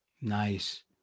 Nice